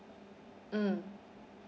mm